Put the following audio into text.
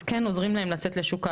אז כן, עוזרים להם לצאת לשוק העבודה,